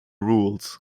rules